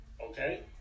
okay